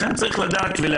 לכן צריך להבין,